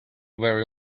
very